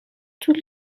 طول